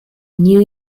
new